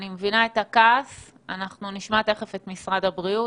אני מבינה את הכעס ותיכף נשמע את משרד הבריאות.